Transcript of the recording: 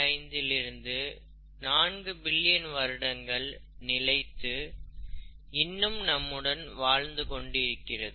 5 இல் இருந்து 4 பில்லியன் வருடங்கள் நிலைத்து இன்றும் நம்முடன் வாழ்ந்து கொண்டிருக்கிறது